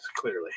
clearly